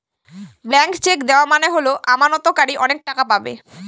blank cheque দেওয়া মানে হল আমানতকারী অনেক টাকা পাবে